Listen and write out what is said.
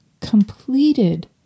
completed